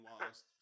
Lost